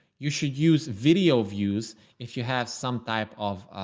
you should use video views if you have some type of